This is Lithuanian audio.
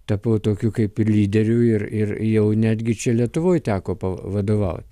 tapau tokiu kaip ir lyderių ir ir jau netgi čia lietuvoj teko pavadovaut